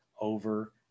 over